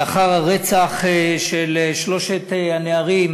לאחר הרצח של שלושת הנערים